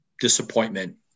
disappointment